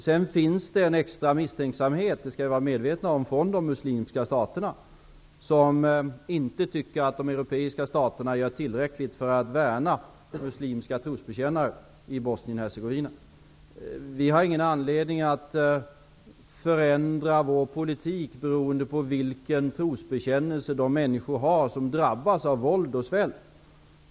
Man skall vara medveten om att extra misstänksamhet visas från de muslimska staterna, som inte anser att de europeiska staterna gör tillräckligt för att värna muslimska trosbekännare i Bosnien-Hercegovina. Det finns ingen anledning att förändra vår politik beroende på vilken tro de människor bekänner sig till som drabbas av våld och svält.